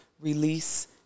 release